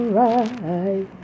right